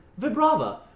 Vibrava